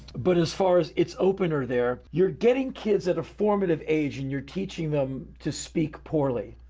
but as far as it's opener there, you're getting kids at a formative age, and you're teaching them to speak poorly.